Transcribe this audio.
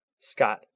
Scott